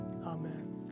Amen